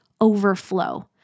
overflow